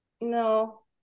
No